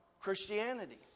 Christianity